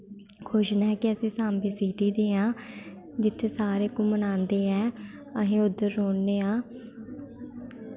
खुश न केह् अस सांबै सीटी दे आं जित्थै सारे घूमन आंदे ऐ अस उद्धर रौंह्ने आं